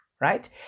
right